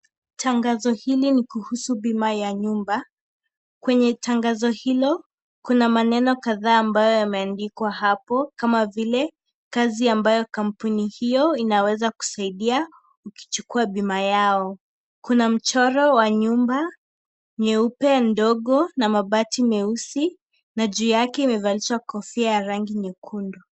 Tangazo hili ni kuhusu bima ya nyumba. Kwenye tangazo hilo kuna maneno kadhaa ambayo yameandikwa hapo kama vile kazi ambayo kampuni hiyo inaweza kusaidia ukichukua bima yao. Kuna mchoro wa nyumba nyeupe ndogo na mabati meusi na juu yake imevalishwa kofia ya rangi nyekundu.